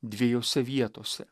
dviejose vietose